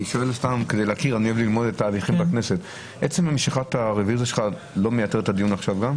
מייתרת את הדיון הזה?